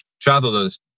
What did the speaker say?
travelers